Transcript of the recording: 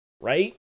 right